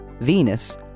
Venus